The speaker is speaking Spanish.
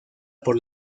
por